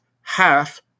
half